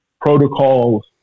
protocols